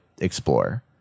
explore